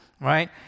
right